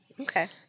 Okay